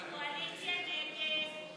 ההסתייגות (3)